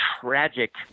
tragic